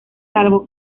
salvo